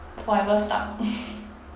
forever stuck